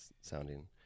sounding